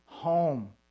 home